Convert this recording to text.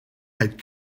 had